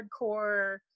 hardcore